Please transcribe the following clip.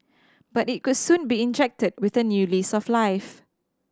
but it could soon be injected with a new lease of life